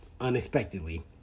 unexpectedly